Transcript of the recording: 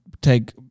take